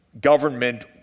government